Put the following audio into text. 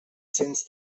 cents